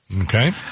Okay